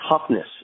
toughness